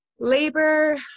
labor